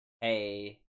hey